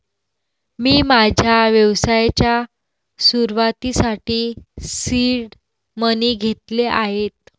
मी माझ्या व्यवसायाच्या सुरुवातीसाठी सीड मनी घेतले आहेत